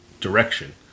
direction